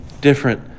different